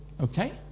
Okay